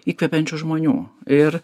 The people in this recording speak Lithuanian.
įkvepiančių žmonių ir